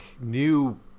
new